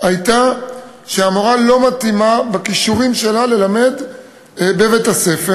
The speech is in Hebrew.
הייתה שהמורה לא מתאימה בכישורים שלה ללמד בבית-הספר,